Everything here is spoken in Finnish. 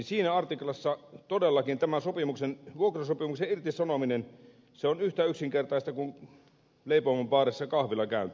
siinä artiklassa todellakin tämän vuokrasopimuksen irtisanominen on yhtä yksinkertaista kuin leipomon baarissa kahvilla käynti